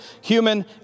human